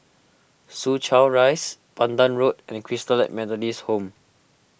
Soo Chow Rise Pandan Road and Christalite Methodist Home